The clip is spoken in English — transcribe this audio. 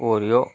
oreo